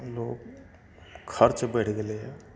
लोक खर्च बैढ़ि गेलैया